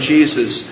Jesus